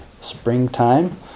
springtime